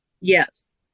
Yes